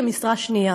כמשרה שנייה.